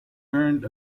earned